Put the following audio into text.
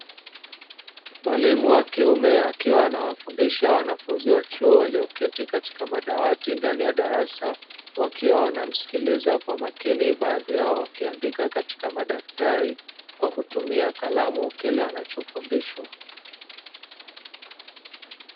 Mwalimu wa kiume akiwa anawafundisha wanafunzi wa chuo walioketi katika madawati ndani ya darasa, wakiwa wanamsikiliza kwa makini, baadhi yao wakiandika katika madaftari yao kwa kutumia kalamu kile wanachofundishwa.